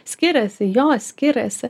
skiriasi jo skiriasi